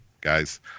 guys